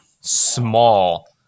small